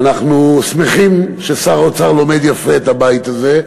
ואנחנו שמחים ששר האוצר לומד יפה את הבית הזה,